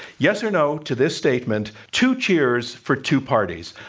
yes or no to this statement. two cheers for two parties.